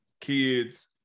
kids